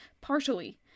Partially